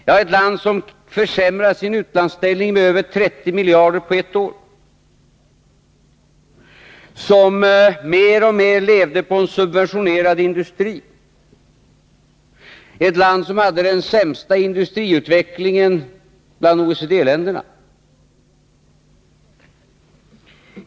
Jo, ett land som försämrat sin utlandsställning med över 30 miljarder på ett år, som mer och mer levde på en subventionerad industri, ett land som hade den sämsta industriutvecklingen bland OECD länderna.